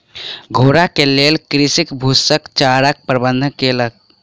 घोड़ा के लेल कृषक फूसक चाराक प्रबंध केलक